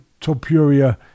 Topuria